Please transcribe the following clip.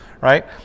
right